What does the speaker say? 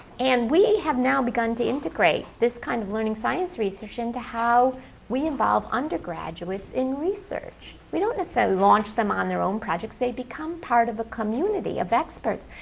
and we have now begun to integrate this kind of learning science research into how we involve undergraduates in research. we don't necessarily launch them on their own projects. they become part of a community of experts,